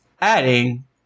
adding